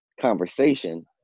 conversation